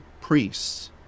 priests